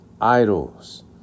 idols